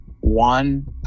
one